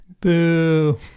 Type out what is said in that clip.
Boo